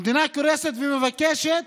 המדינה קורסת, ומבקשת: